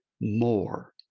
more